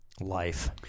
life